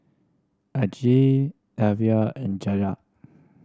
Angele Alyvia and